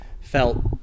felt